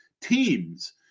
teams